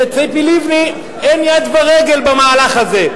שלציפי לבני אין יד ורגל במהלך הזה.